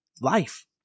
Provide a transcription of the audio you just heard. life